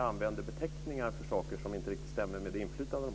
använder beteckningar på saker som inte riktigt stämmer med det inflytande som de har.